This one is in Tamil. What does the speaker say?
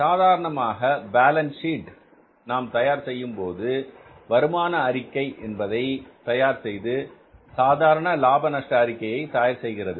சாதாரணமாக பேலன்ஸ் சீட் நாம் தயார் செய்யும் போது வருமான அறிக்கை என்பதை தயார்செய்து சாதாரண லாப நஷ்ட அறிக்கையை தயார் செய்கிறது